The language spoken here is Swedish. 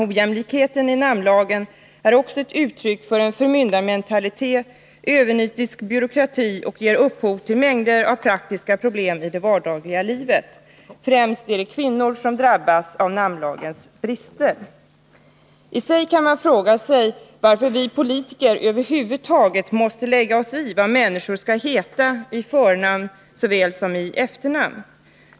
Ojämlikheten i namnlagen är också ett uttryck för en förmyndarmentalitet och en övernitisk byråkrati, och den ger upphov till mängder av praktiska problem i det vardagliga livet. Främst är det kvinnor som drabbas av namnlagens brister. Man kan fråga sig varför vi politiker över huvud taget måste lägga oss i vad människor skall heta i förnamn såväl som i efternamn.